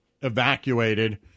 evacuated